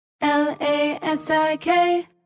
L-A-S-I-K